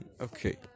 Okay